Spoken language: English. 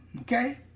Okay